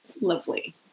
lovely